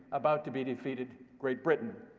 about to be defeated great britain.